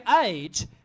Age